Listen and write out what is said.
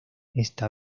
esta